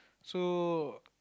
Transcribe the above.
so